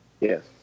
Yes